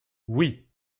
oui